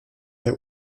der